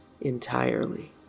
entirely